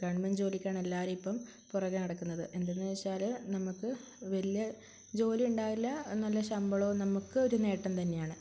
government ജോലിക്കാണ് എല്ലാവരും ഇപ്പം പുറകെ നടക്കുന്നത് എന്തെന്ന് ചോദിച്ചാല് നമുക്ക് വലിയ ജോലിയുണ്ടാവില്ല നല്ല ശമ്പളവും നമുക്കൊരു നേട്ടം തന്നെയാണ്